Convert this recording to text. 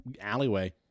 alleyway